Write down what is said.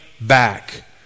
back